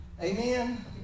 Amen